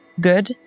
good